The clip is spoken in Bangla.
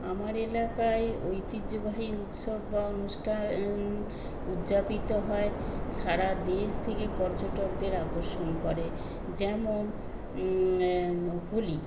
আমার এলাকায় ঐতিহ্যবাহী উৎসব বা অনুষ্ঠান উদ্যাপিত হয় সারা দেশ থেকে পর্যটকদের আকর্ষণ করে যেমন হোলি